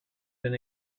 been